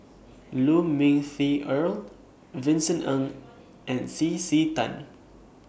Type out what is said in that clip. Lu Ming Teh Earl Vincent Ng and C C Tan